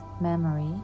memory